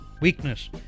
weakness